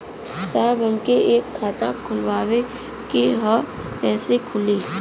साहब हमके एक खाता खोलवावे के ह कईसे खुली?